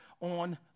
on